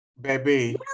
Baby